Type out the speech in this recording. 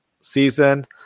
season